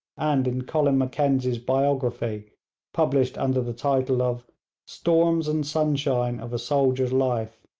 and in colin mackenzie's biography published under the title of storms and sunshine of a soldier's life.